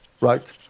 right